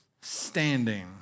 standing